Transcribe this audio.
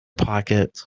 pocket